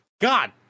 God